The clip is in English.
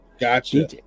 Gotcha